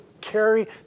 carry